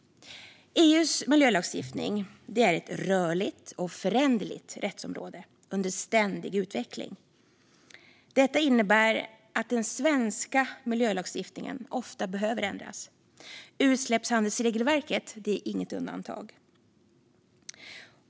EU:s miljölagstiftning är ett rörligt och föränderligt rättsområde under ständig utveckling. Detta innebär att den svenska miljölagstiftningen ofta behöver ändras, och utsläppshandelsregelverket är inget undantag.